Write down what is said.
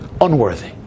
unworthy